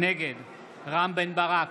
נגד רם בן ברק,